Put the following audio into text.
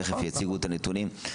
תיכף יציגו את הנתונים.